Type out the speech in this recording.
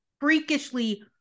freakishly